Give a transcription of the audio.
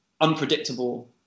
unpredictable